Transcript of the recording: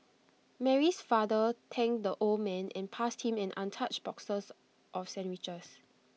Mary's father thanked the old man and passed him an untouched boxes of sandwiches